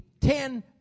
ten